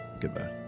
Goodbye